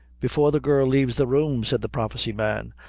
before the girl leaves the room, said the prophecy man,